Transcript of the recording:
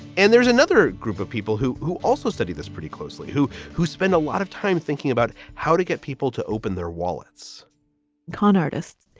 and there's another group of people who who also study this pretty closely, who who spend a lot of time thinking about how to get people to open their wallets con artists,